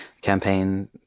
campaign